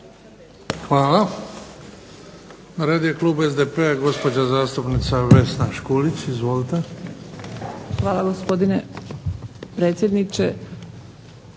Hvala. Na redu je klub SDP-a i gospođa zastupnica Vesna Škulić. Izvolite. **Škulić, Vesna